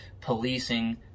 policing